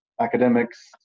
academics